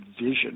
vision